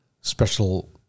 special